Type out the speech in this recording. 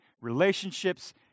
Relationships